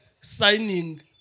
signing